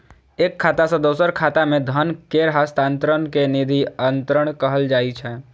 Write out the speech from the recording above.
एक खाता सं दोसर खाता मे धन केर हस्तांतरण कें निधि अंतरण कहल जाइ छै